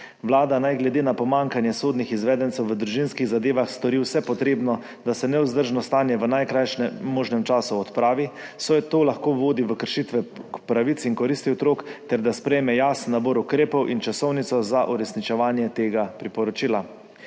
Vlada naj glede na pomanjkanje sodnih izvedencev v družinskih zadevah stori vse potrebno, da se nevzdržno stanje v najkrajšem možnem času odpravi, saj to lahko vodi v kršitve pravic in koristi otrok, ter da sprejme jasen nabor ukrepov in časovnico za uresničevanje tega priporočila.